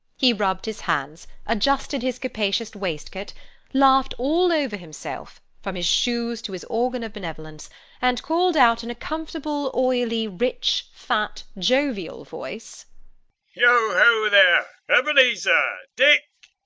he rubbed his hands adjusted his capacious waistcoat laughed all over himself, from his shoes to his organ of benevolence and called out in a comfortable, oily, rich, fat, jovial voice yo ho, there! ebenezer! dick!